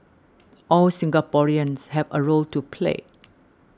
all Singaporeans have a role to play